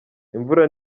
imvura